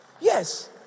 Yes